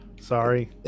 Sorry